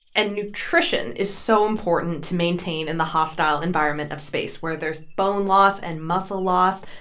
and nutrition is so important to maintain in the hostile environment of space where there's bone loss and muscle loss,